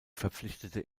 verpflichtete